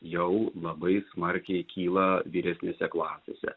jau labai smarkiai kyla vyresnėse klasėse